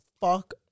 fuck